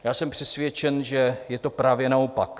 Já jsem přesvědčen, že je to právě naopak.